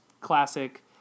classic